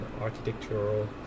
architectural